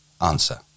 Answer